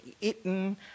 eaten